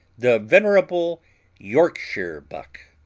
the venerable yorkshire buck